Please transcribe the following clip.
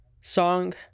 song